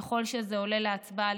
ככל שזה עולה להצבעה,